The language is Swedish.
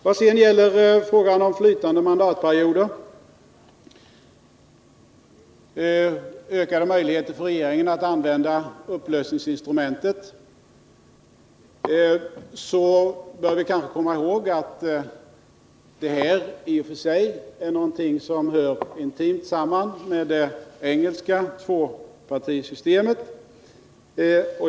Vad gälier frågan om flytande mandatperioder och ökade möjligheter för regeringen att använda upplösningsinstitutet bör vi kanske komma ihåg att det här handlar om något som hör intimt samman med det engelska tvåpartisystemet.